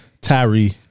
Tyree